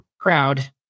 crowd